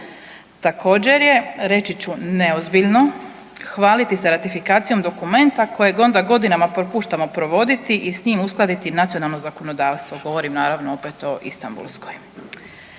Također je reći ću neozbiljno, hvaliti se ratifikacijom dokumenta kojeg onda godinama propuštamo provoditi i s njim uskladiti nacionalno zakonodavstvo, govorim naravno opet o Istambulskoj.